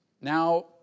Now